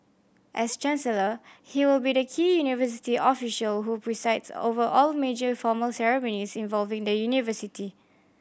as chancellor he will be the key university official who presides over all major formal ceremonies involving the university